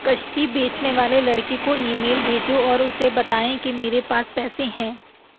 کشتی بیچنے والے لڑکے کو ای میل بھیجو اور اسے بتائیں کہ میرے پاس پیسے ہیں